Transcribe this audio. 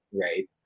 right